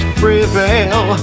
prevail